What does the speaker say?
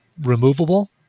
removable